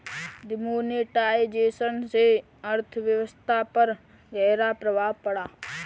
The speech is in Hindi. डिमोनेटाइजेशन से अर्थव्यवस्था पर ग़हरा प्रभाव पड़ा